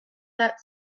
that